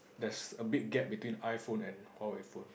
there's a big gap between iPhone and Huawei phone